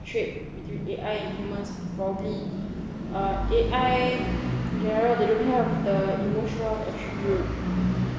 trait between A_I and humans probably uh A_I they don't have the emotional attribute